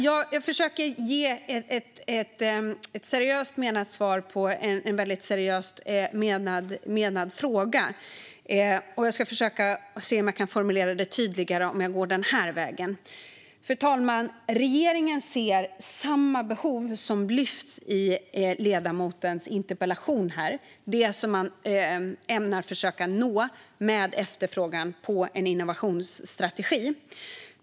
Jag försöker ge ett seriöst menat svar på en väldigt seriöst menad fråga. Men jag ska försöka formulera det tydligare. Fru talman! Regeringen ser samma behov som lyfts i ledamotens interpellation. Det handlar om det som man ämnar försöka nå med en efterfrågan på en innovationsstrategi.